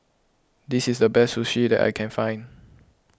this is the best Sushi that I can find